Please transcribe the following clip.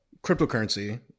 cryptocurrency